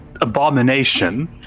abomination